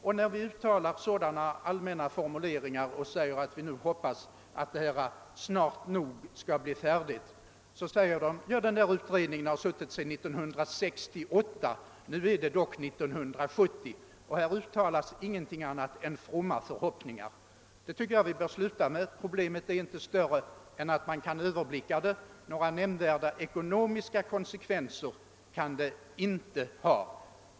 Och när vi gör sådana allmänna uttalanden och säger att vi nu hoppas att utredningen snart nog skall bli färdig säger de: »Den där utredningen har suttit sedan 1968. Nu är det dock 1970, och här uttalas ingenting annat än fromma förhoppningar.» Det tycker jag vi bör sluta med. Problemet är inte större än att man kan överblicka det. Några nämnvärda ekonomiska konsekvenser kan det inte få.